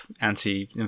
anti